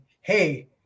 hey